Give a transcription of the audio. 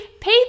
pay